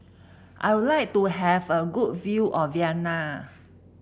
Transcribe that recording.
I would like to have a good view of Vienna